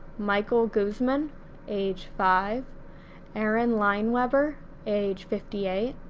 michael guzman age five erin leinweber age fifty eight,